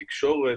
תקשורת,